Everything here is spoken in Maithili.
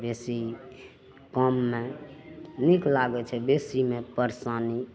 बेसी कम नहि नीक लागय छै बेसीमे परशानी